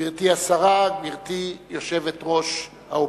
גברתי השרה, גברתי יושבת-ראש האופוזיציה,